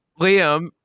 liam